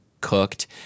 cooked